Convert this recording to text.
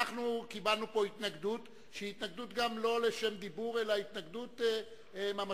קיבלנו פה התנגדות שהיא התנגדות לא לשם דיבור אלא התנגדות ממשית,